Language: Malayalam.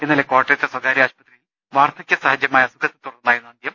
ഇന്നലെ കോട്ടയത്തെ സ്വകാര്യ ആശുപത്രിയിൽ വാർദ്ധകൃ സഹജമായ അസുഖത്തെ തുടർന്നായിരുന്നു അന്ത്യം